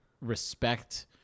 respect